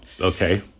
Okay